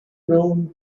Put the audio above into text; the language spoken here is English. known